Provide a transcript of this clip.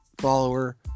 Follower